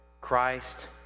Christ